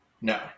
No